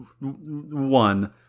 one